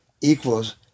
equals